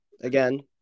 Again